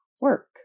work